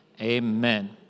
amen